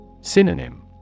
Synonym